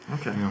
Okay